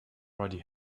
already